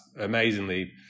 amazingly